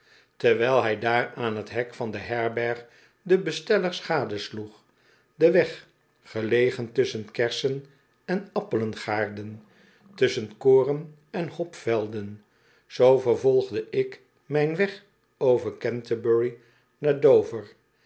terwijl hij daar aan t hek van de herberg de bestellers gadesloeg den weg gelegen tusschen kersen en appelengaar den tusschen koren en hopvelden zoo vervolgde ik mijn weg over canterbury naar do